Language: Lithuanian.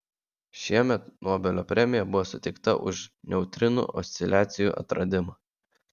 šiemet nobelio premija buvo suteikta už neutrinų osciliacijų atradimą